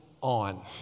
on